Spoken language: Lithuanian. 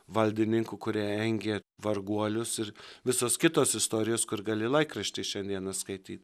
valdininkų kurie engė varguolius ir visos kitos istorijos kur gali laikraštį šiandieną skaityt